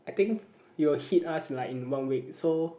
I think it will hit us in like one week so